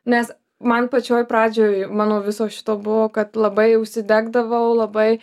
nes man pačioj pradžioj man nuo viso šito buvo kad labai užsidegdavau labai